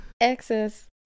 Access